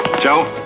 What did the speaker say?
joe.